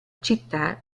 città